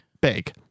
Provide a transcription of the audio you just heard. big